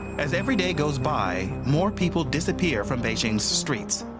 as every day goes by more people disappear from beijing's streets.